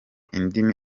indimi